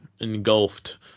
engulfed